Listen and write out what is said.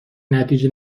نتیجه